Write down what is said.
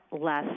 less